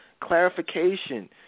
clarification